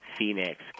phoenix